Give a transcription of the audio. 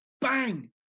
bang